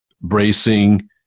bracing